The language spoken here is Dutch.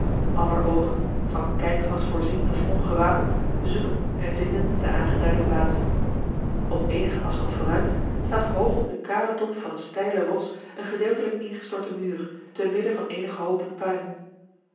aller oogen van kijkglas voorzien of ongewapend zoeken en vinden de aangeduide plaats op eenigen afstand vooruit staat hoog op den kalen top van eene steile rots een gedeeltelijk ingestorte muur te midden van eenige hoopen puin